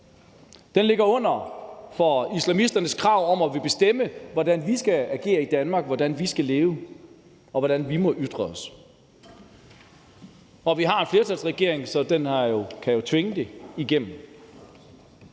Den ligger under for islamisternes krav om at ville bestemme, hvordan vi skal agere i Danmark, hvordan vi skal leve, og hvordan vi må ytre os, og vi har en flertalsregering, så den kan jo tvinge det igennem.